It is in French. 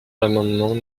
l’amendement